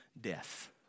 death